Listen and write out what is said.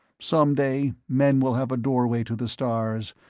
someday men will have a doorway to the stars,